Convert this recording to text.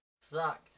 suck